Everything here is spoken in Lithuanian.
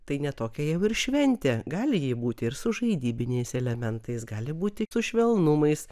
tai ne tokia jau ir šventė gali ji būti ir su žaidybiniais elementais gali būti su švelnumais